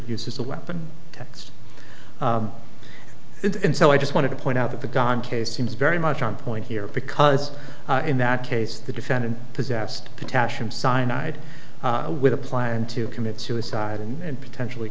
use as a weapon text and so i just wanted to point out that the gun case seems very much on point here because in that case the defendant possessed potassium cyanide with a plan to commit suicide and potentially